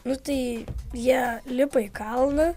nu tai jie lipa į kalną